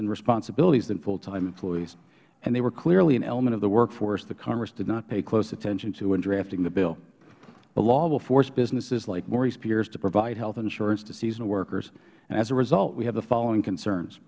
and responsibilities than full time employees and they were clearly an element of the workforce that congress did not pay close attention to in drafting the bill the law will force businesses like morey's piers to provide health insurance to seasonal workers and as a result we have the following concerns